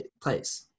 place